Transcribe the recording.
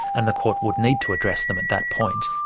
and the court would need to address them at that point.